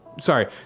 sorry